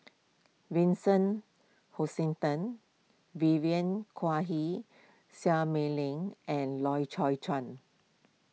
Vincent Hoisington Vivien Quahe Seah Mei Lin and Loy Chye Chuan